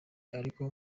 ariko